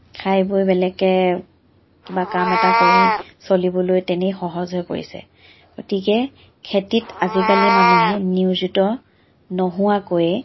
খাই বৈ বেলেগকৈ কিবা কাম এটা কৰি চলিবলৈ তেনেই সহজ হৈ পৰিছে গতিকে খেতিত আজিকালি মানুহে নিয়োজিত নোহোৱাকৈয়ে